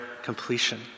Completion